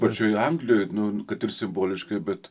pačioj anglijoj nu kad ir simboliškai bet